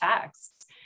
texts